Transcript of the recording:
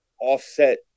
offset